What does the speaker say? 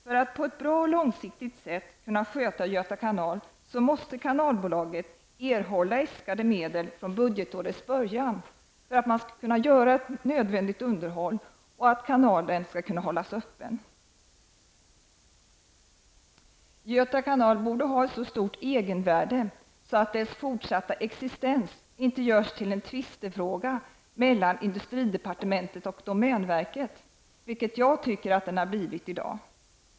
För att på ett bra och långsiktigt sätt kunna sköta Göta kanal så måste kanalbolaget erhålla äskade medel från budgetårets början för att kunna göra nödvändigt underhåll för att kanalen skall kunna hållas öppen. Göta kanal borde ha så stort egenvärde att dess fortsatta existens inte görs till en tvistefråga mellan industridepartementet och domänverket, vilket jag tycker att den blivit i dag.